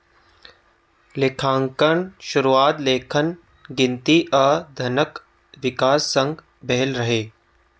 लेखांकनक शुरुआत लेखन, गिनती आ धनक विकास संग भेल रहै